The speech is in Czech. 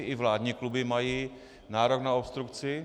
I vládní kluby mají nárok na obstrukci.